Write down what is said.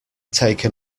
taken